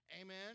Amen